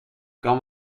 kan